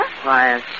Quiet